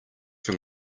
from